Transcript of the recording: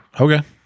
Okay